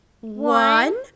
One